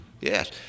Yes